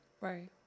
Right